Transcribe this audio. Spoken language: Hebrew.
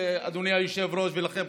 אדוני היושב-ראש ולכם,